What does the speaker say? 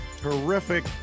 Terrific